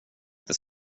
inte